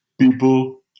people